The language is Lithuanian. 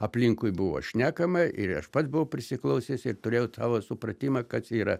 aplinkui buvo šnekama ir aš pats buvau prisiklausęs ir turėjau tą va supratimą kad yra